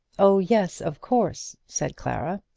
oh, yes of course, said clara.